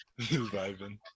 Vibing